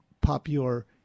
popular